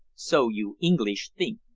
so you engleesh think.